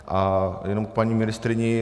A jenom k paní ministryni.